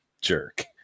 jerk